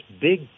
big